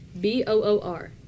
B-O-O-R